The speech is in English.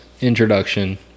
introduction